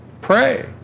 pray